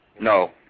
No